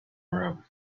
room